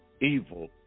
evil